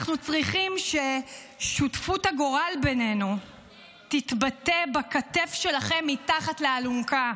אנחנו צריכים ששותפות הגורל בינינו תתבטא בכתף שלכם מתחת לאלונקה,